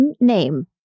name